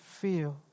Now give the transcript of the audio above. feel